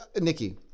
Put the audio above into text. Nikki